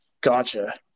Gotcha